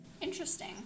Interesting